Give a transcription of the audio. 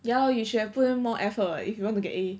ya lor you should've put in more effort [what] if you want to get A